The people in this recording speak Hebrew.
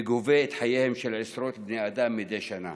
וגובה את חייהם של עשרות בני אדם מדי שנה.